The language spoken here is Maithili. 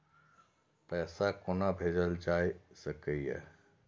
पैसा कोना भैजल जाय सके ये